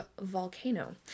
volcano